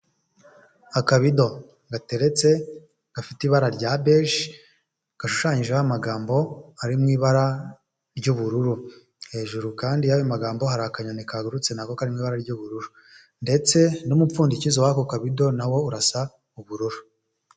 Akabido gateretse gafite ibara rya beje gashushanyijeho amagambo ari mu ibara ry'ubururu, hejuru kandi yayo magambo hari akanyoni kagururutse nako kari mu ibara ry'ubururu ndetse n'umupfundikizo w'ako kabido na wo urasa ubururu.